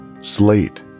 Slate